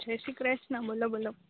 જય શ્રી ક્રૃષ્ણ બોલો બોલો